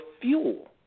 fuel